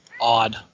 Odd